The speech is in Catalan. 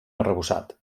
arrebossat